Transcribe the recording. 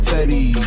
Teddy